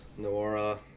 Noora